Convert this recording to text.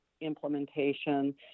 implementation